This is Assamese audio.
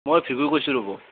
মই ভৃগুই কৈছু ৰ'বো